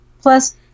plus